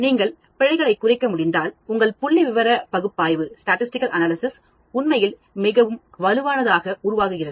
நீங்கள் பிழையை குறைக்க முடிந்தால் உங்கள் புள்ளிவிவர பகுப்பாய்வு உண்மையில் மிகவும் வலுவானதுஆக உருவாகிறது